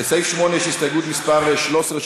לסעיף 18 יש הסתייגות מס' 13,